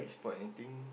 spot anything